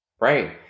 Right